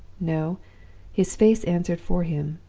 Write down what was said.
no his face answered for him.